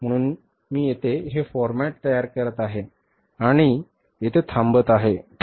म्हणून मी येथे हे फॉरमॅट तयार करत आहे आणि येथे थांबत आहे